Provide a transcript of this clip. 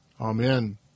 Amen